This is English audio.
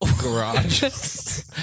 Garage